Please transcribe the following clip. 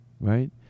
Right